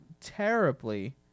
terribly